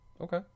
okay